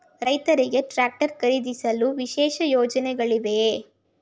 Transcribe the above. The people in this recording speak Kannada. ರೈತರಿಗೆ ಟ್ರಾಕ್ಟರ್ ಖರೀದಿಸಲು ವಿಶೇಷ ಯೋಜನೆಗಳಿವೆಯೇ?